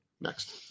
Next